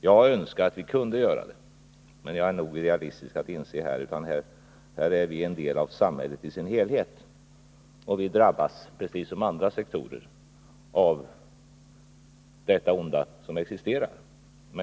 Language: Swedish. Jag önskar att vi kunde göra det, men jag är realist nog att inse att här är vi en del av samhället, och vi drabbas, precis som andra sektorer, av detta onda som existerar.